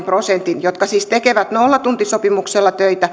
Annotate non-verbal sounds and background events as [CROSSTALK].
[UNINTELLIGIBLE] prosenttia jotka siis tekevät nollatuntisopimuksella töitä